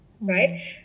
Right